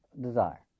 desire